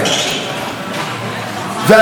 ועל מה אנחנו בעצם מדברים?